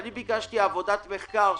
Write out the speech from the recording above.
אני ביקשתי עבודת מחקר,